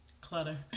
clutter